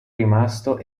rimasto